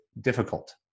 difficult